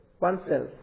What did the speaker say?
oneself